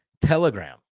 telegram